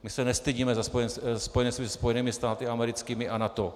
My se nestydíme za spojenectví se Spojenými státy americkými a NATO.